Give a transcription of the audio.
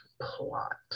plot